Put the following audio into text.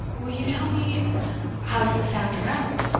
will you tell me how you found her out.